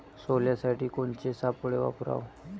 सोल्यासाठी कोनचे सापळे वापराव?